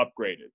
upgraded